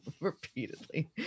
Repeatedly